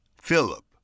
Philip